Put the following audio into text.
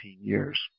years